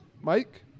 Mike